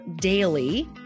daily